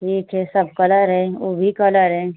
ठीक है सब कलर हैं वो भी कलर हैं